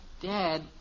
Dad